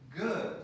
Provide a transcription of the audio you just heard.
good